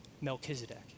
Melchizedek